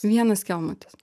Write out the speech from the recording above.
vienas kelmutis